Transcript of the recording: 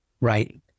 right